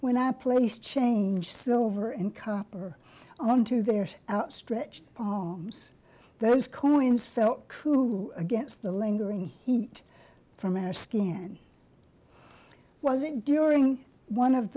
when i place change silver and copper onto their outstretched pongs those coins felt coup against the lingering heat from our skin was it during one of